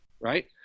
right